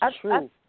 true